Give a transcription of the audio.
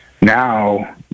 now